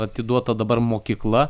atiduota dabar mokykla